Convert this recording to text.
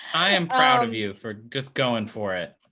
i am proud of you for just going for it.